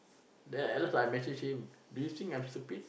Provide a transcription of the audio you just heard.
then at last I message him do you think I'm stupid